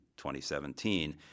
2017